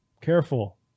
Careful